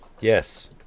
yes